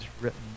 written